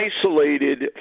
isolated